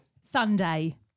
Sunday